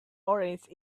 orange